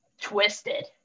twisted